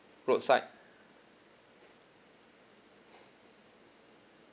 roadside